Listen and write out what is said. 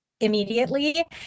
immediately